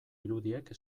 irudiek